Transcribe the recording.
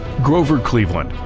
grover cleveland